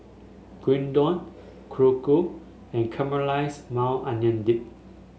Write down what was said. Gyudon Korokke and Caramelize Maui Onion Dip